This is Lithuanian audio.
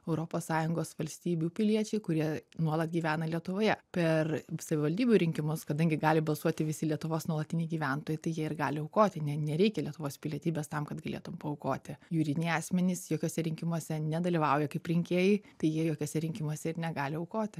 europos sąjungos valstybių piliečiai kurie nuolat gyvena lietuvoje per savivaldybių rinkimus kadangi gali balsuoti visi lietuvos nuolatiniai gyventojai tai jie ir gali aukoti ne nereikia lietuvos pilietybės tam kad galėtum paaukoti juridiniai asmenys jokiuose rinkimuose nedalyvauja kaip rinkėjai tai jie jokiuose rinkimuose ir negali aukoti